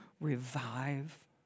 revive